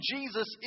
Jesus